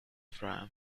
fry